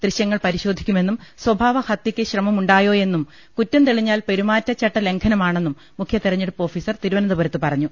ദൃശ്യങ്ങൾ പരിശോധി ക്കുമെന്നും സ്വഭാവഹത്യയ്ക്ക് ശ്രമമുണ്ടായോയെന്നും കുറ്റംതെ ളിഞ്ഞാൽ പെരുമാറ്റച്ചട്ട ലംഘനമാണെന്നും മുഖ്യതെരഞ്ഞെടുപ്പ് ഓഫീസർ തിരുവനന്തപുരത്ത് പറഞ്ഞു